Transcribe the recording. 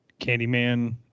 Candyman